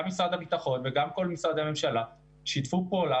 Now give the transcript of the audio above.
משרד הביטחון וגם כל משרדי הממשלה שיתפו פעולה,